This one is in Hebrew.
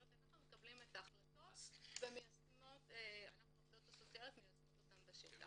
אנחנו העובדות הסוציאליות מקבלות את ההחלטות ומיישמות אותן בשטח.